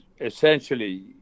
essentially